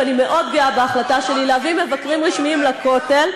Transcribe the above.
ואני מאוד גאה בהחלטה שלי להביא מבקרים רשמיים לכותל,